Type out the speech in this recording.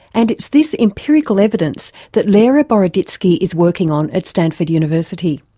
and it's this empirical evidence that lera boroditsky is working on at stanford university.